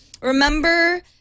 remember